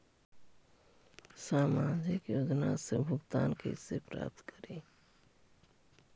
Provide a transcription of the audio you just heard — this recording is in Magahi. सामाजिक योजना से भुगतान कैसे प्राप्त करी?